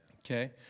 Okay